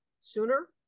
sooner